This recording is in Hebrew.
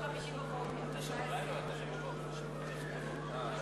35, נגד, 61, ההסתייגות לא התקבלה.